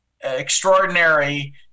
extraordinary